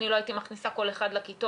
אני לא הייתי מכניסה כל אחד לכיתות.